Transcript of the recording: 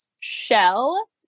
shell